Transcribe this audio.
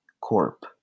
corp